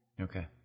Okay